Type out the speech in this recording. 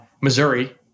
Missouri